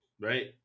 Right